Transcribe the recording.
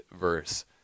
verse